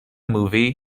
movie